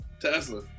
Tesla